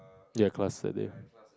ya cross it